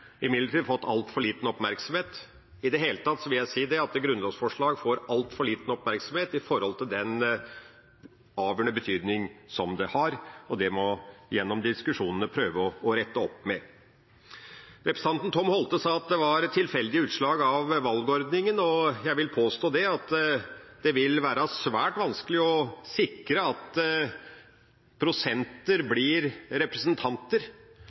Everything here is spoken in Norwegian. imidlertid fått altfor liten oppmerksomhet. I det hele tatt vil jeg si at grunnlovsforslag får altfor liten oppmerksomhet med hensyn til den avgjørende betydning som det har, og det må vi gjennom diskusjonene prøve å rette opp i. Representanten Tom Holthe sa at det var tilfeldige utslag av valgordningen. Jeg vil påstå at det vil være svært vanskelig å sikre at prosenter blir representanter